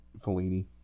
Fellini